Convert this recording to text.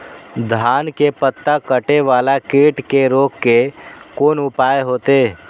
धान के पत्ता कटे वाला कीट के रोक के कोन उपाय होते?